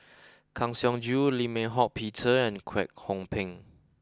Kang Siong Joo Lim Eng Hock Peter and Kwek Hong Png